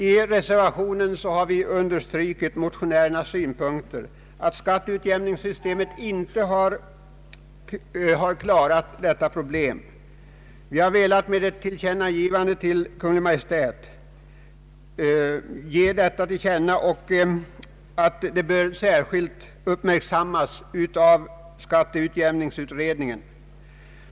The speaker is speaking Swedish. I reservationen har vi understrukit motionärernas synpunkter att skatteutjämningssystemet inte har klarat detta problem. Vi har velat tillkännagiva detta för Kungl. Maj:t samt påpeka att denna fråga särskilt bör uppmärksammas av skatteutjämningsutredningen.